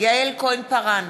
יעל כהן-פארן,